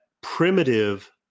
primitive